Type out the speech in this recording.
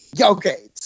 okay